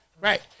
Right